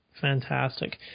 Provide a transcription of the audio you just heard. Fantastic